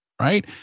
Right